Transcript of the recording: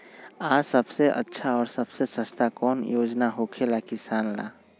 आ सबसे अच्छा और सबसे सस्ता कौन योजना होखेला किसान ला?